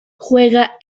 juega